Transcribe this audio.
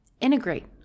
integrate